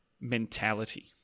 mentality